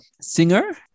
singer